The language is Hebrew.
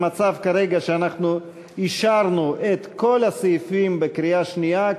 המצב כרגע הוא שאנחנו אישרנו את כל הסעיפים בקריאה שנייה,